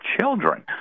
children